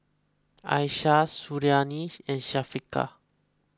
Aishah Suriani and Syafiqah